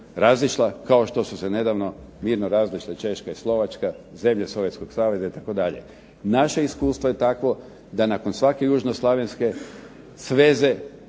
razišla kao što su se nedavno mirno razišle Češka i Slovačka, zemlje Sovjetskog saveza itd. Naše iskustvo je takvo da nakon svake južnoslavenske sveze